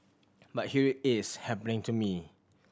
but here it is happening to me